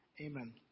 Amen